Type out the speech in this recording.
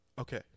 Okay